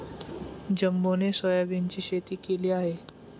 जंबोने सोयाबीनची शेती केली आहे